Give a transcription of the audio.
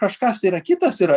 kažkas kitas yra